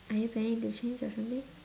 are you planning to change or something